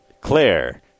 Claire